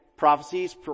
Prophecies